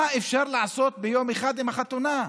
מה אפשר לעשות ביום אחד עם החתונה?